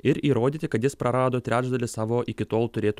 ir įrodyti kad jis prarado trečdalį savo iki tol turėtų